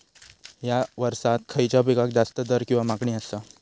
हया वर्सात खइच्या पिकाक जास्त दर किंवा मागणी आसा?